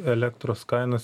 elektros kainas